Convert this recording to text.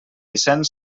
vicent